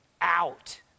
out